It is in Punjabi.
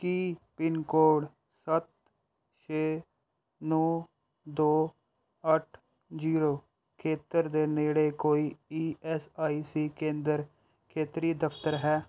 ਕੀ ਪਿੰਨਕੋਡ ਸੱਤ ਛੇ ਨੌਂ ਦੋ ਅੱਠ ਜੀਰੋ ਖੇਤਰ ਦੇ ਨੇੜੇ ਕੋਈ ਈ ਐਸ ਆਈ ਸੀ ਕੇਂਦਰ ਖੇਤਰੀ ਦਫ਼ਤਰ ਹੈ